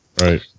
Right